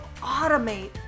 automate